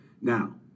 Now